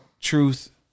Truth